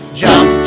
jump